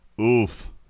Oof